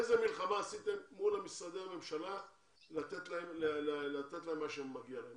איזו מלחמה עשיתם מול משרדי הממשלה לתת להם מה שמגיע להם.